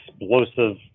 explosive